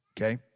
okay